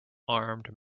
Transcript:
armed